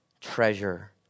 treasure